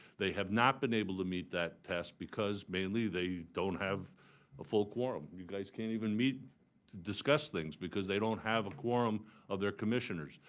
they have not been able to meet that test, because, mainly, they don't have a full quorum. you guys can't even meet discuss things, because they don't have a quorum of their commissioners.